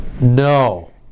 no